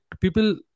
people